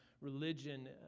religion